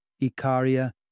Icaria